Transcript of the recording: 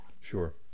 Sure